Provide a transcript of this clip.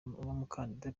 umukandida